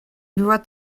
była